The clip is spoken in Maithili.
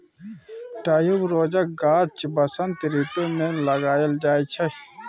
ट्युबरोजक गाछ बसंत रितु मे लगाएल जाइ छै